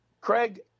Craig